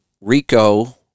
Rico